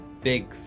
Big